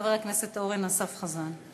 חבר הכנסת אורן אסף חזן.